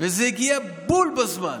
וזה הגיע בול בזמן.